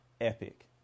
epic